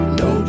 no